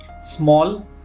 Small